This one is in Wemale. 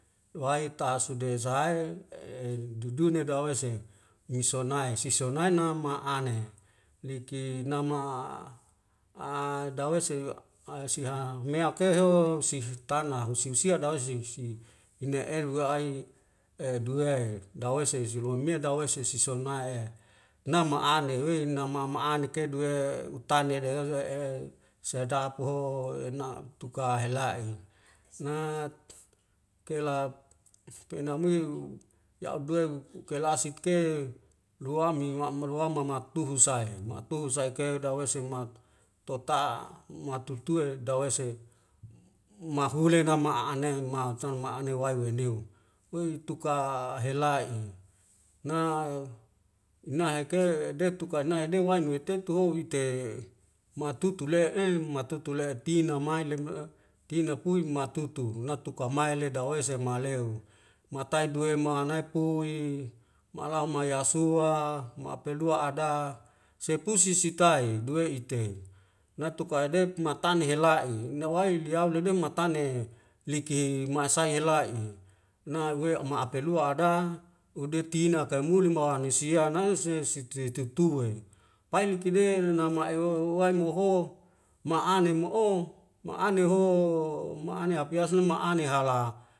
Duwae tasudes sahae e dudune daweise misonae sisonae na ma'ane liki nama'a a dawei seilua a siha meak keho siftanam siusia dawei si si ine'e guarai e duwe dawei silu silu wamia dawei sesi sinoa'e nama ane wei na mama anek e duwe utane dewe su'a e seadap u ho ena' tukahela'i nats kelat kenamiu ya udleu ukelasik ke loamingo' malua mama tuhu saei ma atuhu saei ke dawei semak tota matutue dawese mahule nama a'ane mausun ma'ane wae weliu ei tuka a a helai'i na naheke detuk ka nai dewan mitetu o ite matutu lae em matutu le tina maile ma tina puim matutu natuka mai le dawei sebmahaleu matai luwe mahana nai pui ma'alau ma yasua ma epelua ada sepu sisi tai duwe itei natuka aidek matanen hela'i nawai liau libilang matane liki ma'esai hela'i nague ma apalua ada udetina kaimuli mawanusia nae se se sesetua e pai luki de nama ewo o wae moho ma'ane mo'o ma'ane ho ma'ane hapiasun ma'ane hala